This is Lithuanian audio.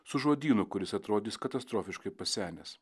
su žodynu kuris atrodys katastrofiškai pasenęs